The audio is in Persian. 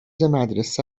مدرسه